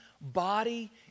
body